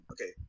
Okay